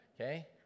okay